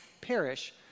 perish